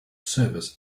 service